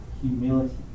Humility